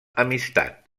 amistat